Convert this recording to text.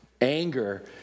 anger